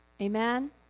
Amen